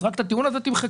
אז את הטיעון הזה תמחקו,